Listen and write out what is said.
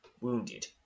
Wounded